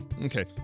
Okay